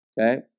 Okay